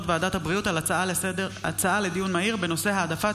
ועדת הבריאות בעקבות דיון מהיר בהצעתם